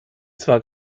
zwar